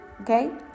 okay